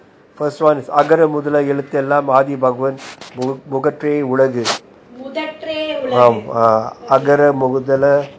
first few I can still remember first one is அகரமுதலஎழுத்தெல்லாம்ஆதிபகவான்முதற்றேஉலகுமுதற்றேஉலகு:agara muthala eluthellam aadhibaghavan muthatre ulagu ah அகரமுதல:agara mudhala